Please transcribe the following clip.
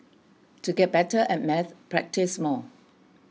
to get better at maths practise more